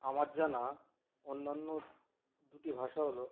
আমার জানা অন্যান্য দুটি ভাষা হলো